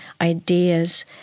ideas